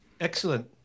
Excellent